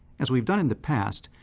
as we've done in the past,